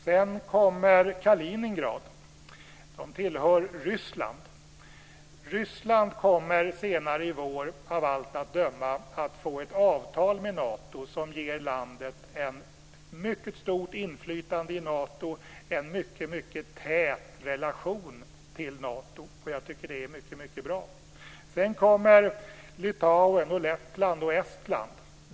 Sedan kommer Kaliningrad, som tillhör Ryssland. Ryssland kommer senare i vår, av allt att döma, att få ett avtal med Nato som ger landet ett mycket stort inflytande i Nato, en mycket tät relation till Nato. Det är mycket, mycket bra. Sedan kommer Litauen, Lettland och Estland.